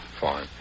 Fine